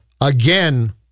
Again